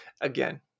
again